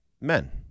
men